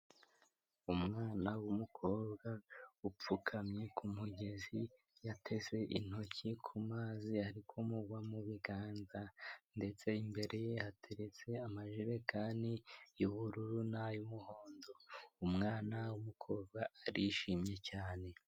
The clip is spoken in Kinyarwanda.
Umwana w'umukobwa upfukamye ku mugezi, yateze intoki ku mazi ari kumugwa mu biganza ndetse imbere ye hateretse amajerekani y'ubururu n'ay'umuhondo, umwana w'umukobwa arishimye cyane.